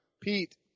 Pete